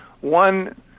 one